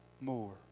more